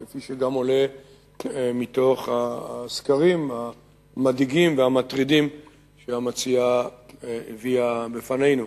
כפי שגם עולה מתוך הסקרים המדאיגים והמטרידים שהמציעה הביאה בפנינו.